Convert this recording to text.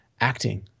acting